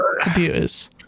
computers